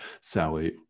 Sally